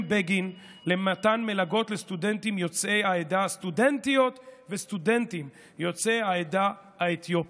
בגין למתן מלגות לסטודנטיות וסטודנטים יוצאי העדה האתיופית,